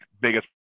biggest